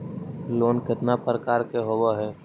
Loan केतना प्रकार के होव हइ?